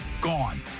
gone